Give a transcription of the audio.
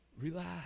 relax